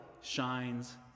shines